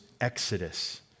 exodus